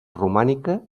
romànica